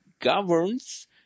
governs